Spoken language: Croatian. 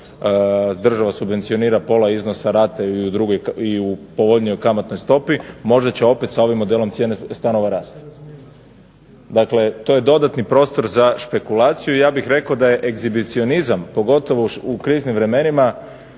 država subvencionira, pola iznosa rata i u povoljnijoj kamatnoj stopi možda će opet sa ovim modelom cijene stanova rasti. Dakle, to je dodatni prostor za špekulaciju. I ja bih rekao da je ekshibicionizam pogotovo u kriznim vremenima